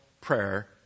prayer